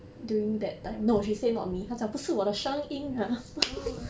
oh